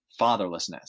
fatherlessness